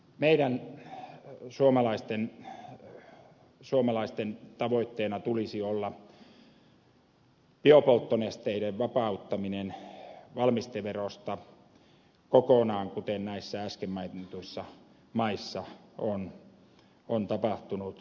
meidän suomalaisten tavoitteena tulisi olla biopolttonesteiden vapauttaminen valmisteverosta kokonaan kuten näissä äsken mainituissa maissa on tapahtunut